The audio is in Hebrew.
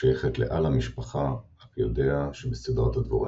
השייכת לעל-המשפחה Apoidea שבסדרת הדבוראים.